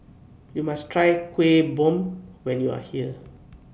YOU must Try Kueh Bom when YOU Are here